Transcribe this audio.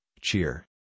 cheer